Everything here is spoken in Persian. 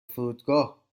فرودگاه